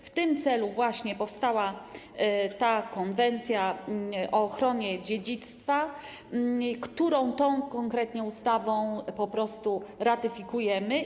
W tym celu właśnie powstała ta konwencja o ochronie dziedzictwa, którą tą konkretnie ustawą po prostu ratyfikujemy.